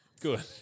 Good